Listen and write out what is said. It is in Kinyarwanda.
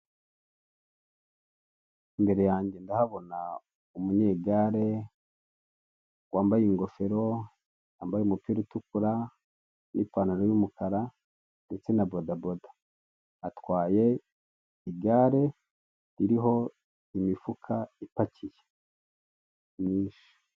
Imbere yanjye ndahabona umunyegare wambaye ingofero, yambaye umupira utukura n'ipantaro y'umukara ndetse na bodaboda, atwaye igare ririho imifuka ipakiye myinshi.